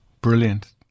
Brilliant